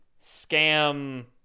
scam